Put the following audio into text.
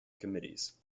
committees